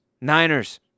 Niners